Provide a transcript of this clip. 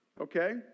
okay